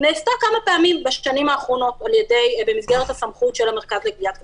נעשתה כמה פעמים בשנים האחרונות במסגרת הסמכות של המרכז לגביית קנסות.